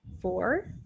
four